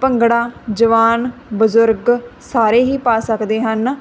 ਭੰਗੜਾ ਜਵਾਨ ਬਜ਼ੁਰਗ ਸਾਰੇ ਹੀ ਪਾ ਸਕਦੇ ਹਨ